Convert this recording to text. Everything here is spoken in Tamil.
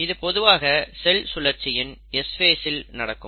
இது பொதுவாக செல் சுழற்சியின் S ஃபேஸ் இல் நடக்கும்